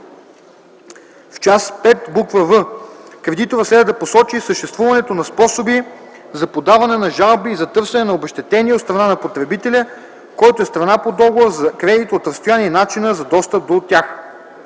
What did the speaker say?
В част V, буква „в” кредиторът следва да посочи съществуването на способи за подаване на жалби и за търсене на обезщетение от страна на потребителя, който е страна по договора за кредит от разстояние, и начина за достъп до тях.”